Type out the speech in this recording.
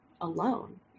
alone